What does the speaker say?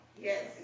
Yes